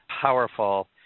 powerful